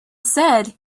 said